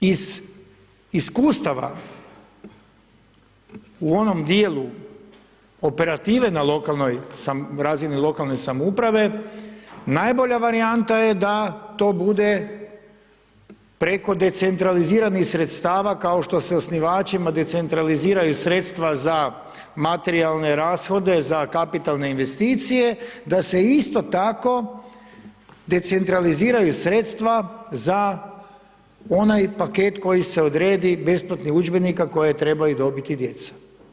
Iz iskustava u onom djelu operative na razini lokalne samouprave, najbolja varijanta je da to bude preko decentraliziranih sredstva kao što su osnivačima decentraliziraju sredstva za materijalne rashode za kapitalne investicije, da se isto tako decentraliziraju sredstva za onaj paket koji se odredi besplatnih udžbenika koje trebaju dobiti djeca.